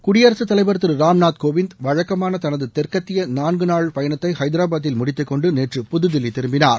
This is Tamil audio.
குடியரசு தலைவர் திரு ராம்நாத் கோவிந்த் வழக்கமான தனது தெற்கத்திய நான்கு நாள் பயணத்தை ஐதரபாத்தில் முடித்துக்கொண்டு நேற்று புதுதில்லி திரும்பினார்